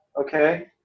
okay